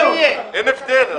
לא יהיו תקנות.